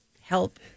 help